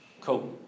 Cool